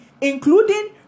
including